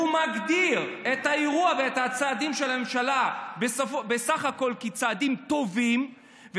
הוא מגדיר את האירוע ואת הצעדים של הממשלה כצעדים טובים בסך הכול,